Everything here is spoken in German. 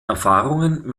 erfahrungen